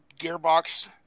Gearbox